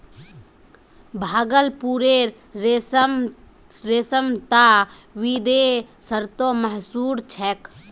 भागलपुरेर रेशम त विदेशतो मशहूर छेक